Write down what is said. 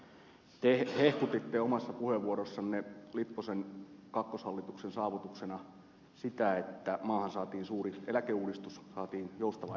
te hehkutitte omassa puheenvuorossanne lipposen kakkoshallituksen saavutuksena sitä että maahan saatiin suuri eläkeuudistus saatiin joustava eläkeikä